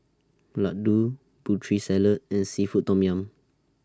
Laddu Putri Salad and Seafood Tom Yum